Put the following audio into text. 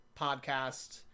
podcast